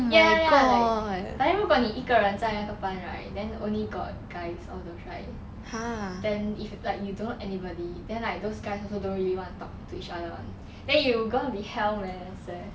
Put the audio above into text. ya ya ya like but then 如果你一个人在那个班 right then only got guys all those right then if like you don't know anybody then like those guys also don't really want to talk to each other [one] then you gonna be hell man I swear